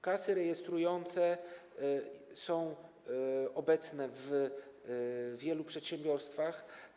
Kasy rejestrujące są obecnie w wielu przedsiębiorstwach.